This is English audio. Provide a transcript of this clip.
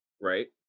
Right